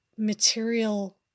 Material